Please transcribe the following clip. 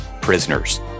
Prisoners